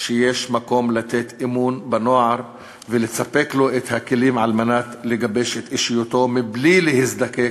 שיש מקום לתת אמון בנוער ולספק לו את הכלים לגבש את אישיותו בלי להזדקק